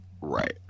right